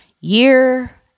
year